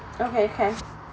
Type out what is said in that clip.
okay can